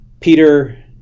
Peter